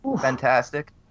Fantastic